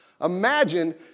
Imagine